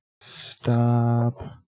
Stop